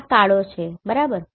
આ કાળો છે બરાબર